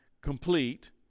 complete